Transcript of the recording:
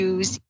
Use